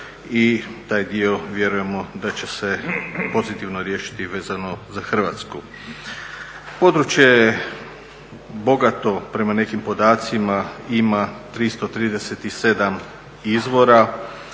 i taj dio vjerujemo da će se pozitivno riješiti vezano za Hrvatsku. Područje je bogato, prema nekim podacima ima 337 izvora,